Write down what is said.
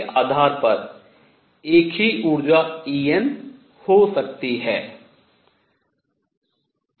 के आधार पर एक ही ऊर्जा En हो सकती है